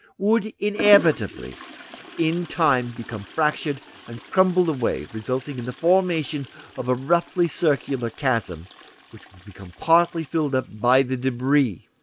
would inevitably in time become fractured and crumbled away, resulting in the formation of a roughly circular chasm which would become partly filled up by the debris.